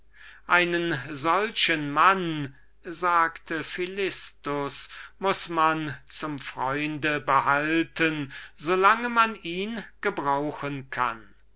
einen solchen mann sagte philistus muß man zum freunde behalten so lange man ihn gebrauchen kann